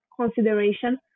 consideration